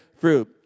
fruit